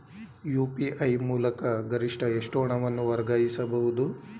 UPI ಮೂಲಕ ಗರಿಷ್ಠ ಎಷ್ಟು ಹಣವನ್ನು ವರ್ಗಾಯಿಸಬಹುದು?